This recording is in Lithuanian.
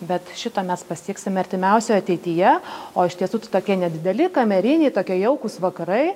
bet šito mes pasieksim artimiausioj ateityje o iš tiesų tai tokie nedideli kameriniai tokie jaukūs vakarai